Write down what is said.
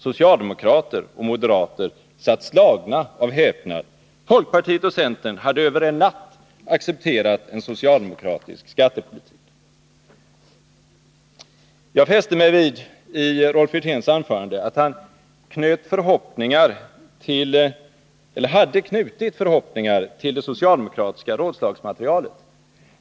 —-—-— Socialdemokrater och moderater satt slagna av häpnad. ———- Folkpartiet och centern hade över en natt accepterat en socialdemokratisk skattepolitik.” Jag fäste mig i Rolf Wirténs anförande vid att han hade knutit förhoppningar till det socialdemokratiska rådslagsmaterialet.